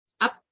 up